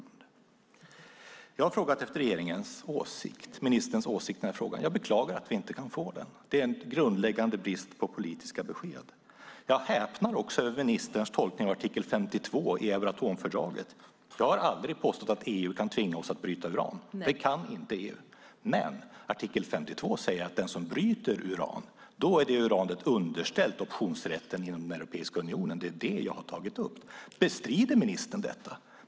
Jag har frågat efter regeringens och ministerns åsikt i frågan. Jag beklagar att vi inte kan få den. Det är en grundläggande brist på politiska besked. Jag häpnar också över ministerns tolkning av artikel 52 i Euroatomfördraget. Jag har aldrig påstått att EU kan tvinga oss att bryta uran. Det kan inte EU. Men artikel 52 säger att när någon bryter uran är detta uran underställt optionsrätten inom Europeiska unionen. Det är det jag har tagit upp. Bestrider ministern detta?